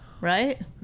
Right